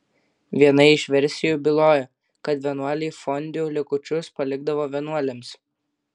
viena iš versijų byloja kad vienuoliai fondiu likučius palikdavo vienuolėms